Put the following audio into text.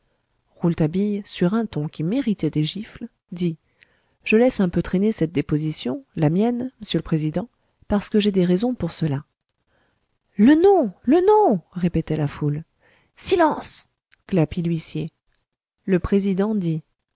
rouletabille sur un ton qui méritait des gifles dit je laisse un peu traîner cette déposition la mienne m'sieur le président parce que j'ai mes raisons pour cela le nom le nom répétait la foule silence glapit l'huissier le président dit